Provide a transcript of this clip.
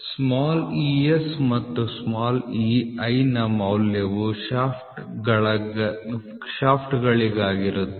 e s ಮತ್ತು e i ನ ಮೌಲ್ಯವು ಶಾಫ್ಟ್ಗಾಗಿರುತ್ತದೆ